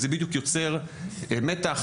וזה בדיוק יוצר מתח,